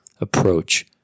approach